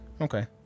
Okay